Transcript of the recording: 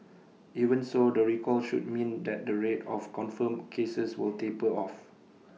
even so the recall should mean that the rate of confirmed cases will taper off